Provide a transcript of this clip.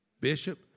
Bishop